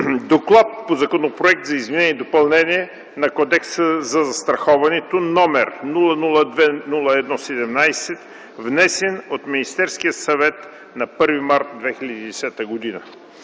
„ДОКЛАД по Законопроект за изменение и допълнение на Кодекса за застраховането, № 002-01-17, внесен от Министерския съвет на 1 март 2010 г.